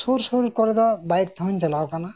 ᱥᱩᱨ ᱥᱩᱨ ᱠᱚᱨᱮ ᱫᱚ ᱵᱟᱭᱤᱠ ᱛᱮᱦᱚᱸᱧ ᱪᱟᱞᱟᱣ ᱟᱠᱟᱱᱟ